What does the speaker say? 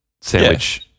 sandwich